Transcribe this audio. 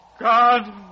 God